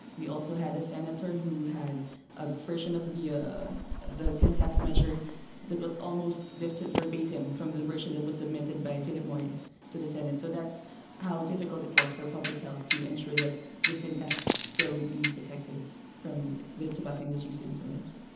we also had a senator who had a version of the yeah ah the sin tax measure that was almost lifted verbatim from the version that was submitted by philip morris to the senate. so that's how difficult it was for public health to ensure that the sin tax bill would be protected from the tobacco industry's influence.